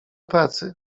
pracy